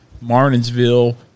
Martinsville